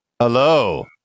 Hello